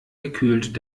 gekühlt